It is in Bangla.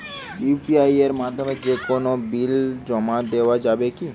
ইউ.পি.আই এর মাধ্যমে যে কোনো বিল জমা দেওয়া যাবে কি না?